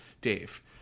Dave